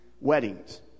weddings